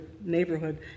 neighborhood